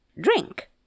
Drink